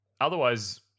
Otherwise